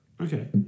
Okay